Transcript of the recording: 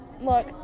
Look